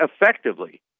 effectively